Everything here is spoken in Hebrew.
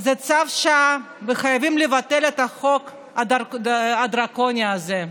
זה צו שעה לבטל את החוק הדרקוני הזה.